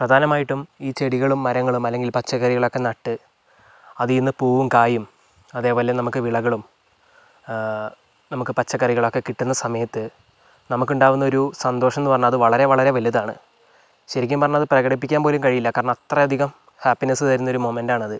പ്രധാനമായിട്ടും ഈ ചെടികളും മരങ്ങളും അല്ലെങ്കിൽ പച്ചക്കറികളൊക്കെ നട്ട് അതിൽ നിന്ന് പൂവും കായും അതേപോലെ നമുക്ക് വിളകളും നമുക്ക് പച്ചക്കറികളൊക്കെ കിട്ടുന്ന സമയത്ത് നമുക്കുണ്ടാവുന്നൊരു സന്തോഷം എന്നു പറഞ്ഞാൽ അത് വളരെവളരെ വലുതാണ് ശരിക്കും പറഞ്ഞാലത് പ്രകടിപ്പിക്കാൻ പോലും കഴിയില്ല കാരണം അത്രയധികം ഹാപ്പിനെസ്സ് തരുന്നൊരു മൊമെൻറ്റാണത്